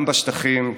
גם בשטחים,